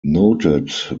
noted